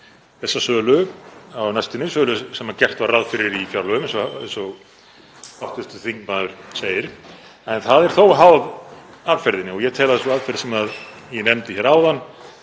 þessa sölu á næstunni, sem gert var ráð fyrir í fjárlögum eins og hv. þingmaður segir. En það er þó háð aðferðinni og ég tel að sú aðferð sem ég nefndi hér áðan